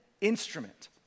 instrument